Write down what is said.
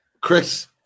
Chris